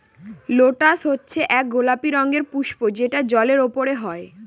lotus হচ্ছে এক গোলাপি রঙের পুস্প যেটা জলের ওপরে হয়